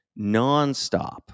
nonstop